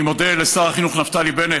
אני מודה לשר החינוך נפתלי בנט,